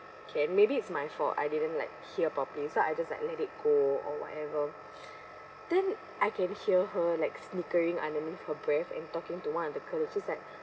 okay maybe it's my fault I didn't like hear properly so I just like let it go or whatever then I can hear her like snickering underneath her breath and talking to one of the colleague she's like